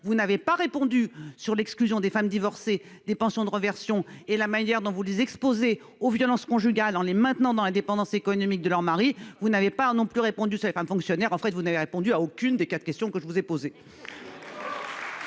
Vous n'avez pas répondu pour ce qui concerne l'exclusion des femmes divorcées des pensions de réversion. Or vous exposez les femmes aux violences conjugales en les maintenant dans la dépendance économique de leur mari. Vous n'avez pas non plus répondu à propos des femmes fonctionnaires. En fait, vous n'avez répondu à aucune des quatre questions que je vous ai posées.